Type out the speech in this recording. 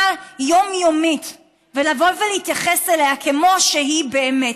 יומיומית ולהתייחס אליה כמו שהיא באמת,